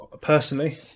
personally